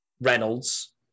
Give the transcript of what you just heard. Reynolds